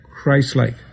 Christ-like